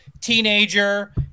teenager